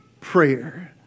prayer